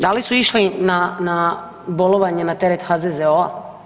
Da li su išli na bolovanje na teret HZZO-a?